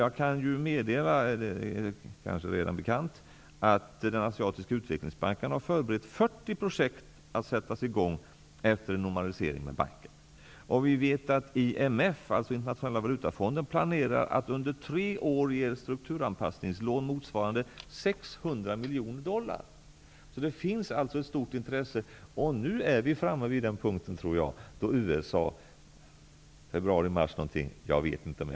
Jag kan meddela, det är kanske redan bekant, att Asiatiska utvecklingsbanken har förberett 40 projekt som kan sättas i gång efter en normalisering med banken. Vi vet att IMF, Internationella valutafonden, planerar att under tre år ge strukturanpassningslån motsvarande 600 miljoner dollar. Det finns alltså ett stort intresse. Jag tror att vi nu snart är framme vid den punkt då USA lyfter sitt embargo, kanske i februari mars.